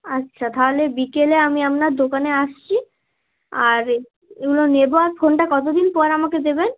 আচ্ছা তাহলে বিকেলে আমি আপনার দোকানে আসছি আর এগুলো নেব আর ফোনটা কত দিন পর আমাকে দেবেন